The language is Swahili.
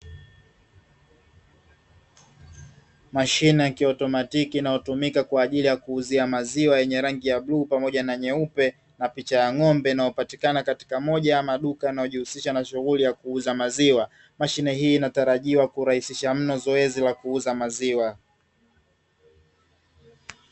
Mashine ya kiautomatiki inayotumika kwa ajili ya kuuzia maziwa yenye rangi ya bluu pamoja na nyeupe, na picha ya ng’ombe inayo patikana katika moja ya maduka yanayojihusisha na shughuli ya kuuza maziwa, mashine hii inatarajiwa kurahisisha mno zoezi la kuuza maziwa.